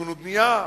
בתכנון ובנייה,